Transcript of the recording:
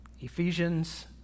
Ephesians